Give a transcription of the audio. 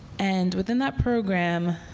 and within that program,